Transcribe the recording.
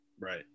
Right